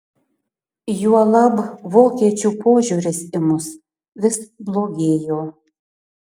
juolab vokiečių požiūris į mus vis blogėjo